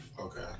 Okay